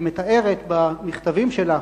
היא מתארת במכתבים שלה,